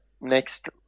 next